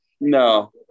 no